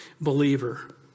believer